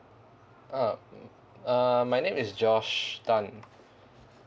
uh uh my name is josh tan